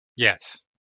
Yes